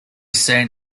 seen